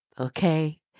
Okay